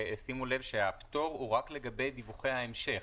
שימו לב שהפטור הוא רק לגבי דיווחי ההמשך.